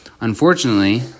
Unfortunately